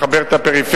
לחבר את הפריפריה,